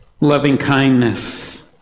loving-kindness